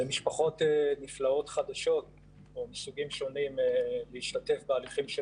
למשפחות נפלאות חדשות מסוגים שונים להשתתף בהליכים של